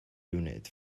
unit